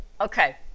Okay